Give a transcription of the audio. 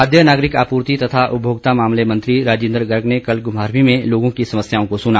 खाद्य नागरिक आपूर्ति तथा उपभोक्ता मामले मंत्री राजिन्द्र गर्ग ने कल घुमारवी में लोगों की समस्याओं को सुना